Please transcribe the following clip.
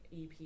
EP